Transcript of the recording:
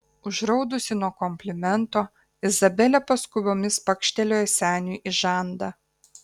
užraudusi nuo komplimento izabelė paskubomis pakštelėjo seniui į žandą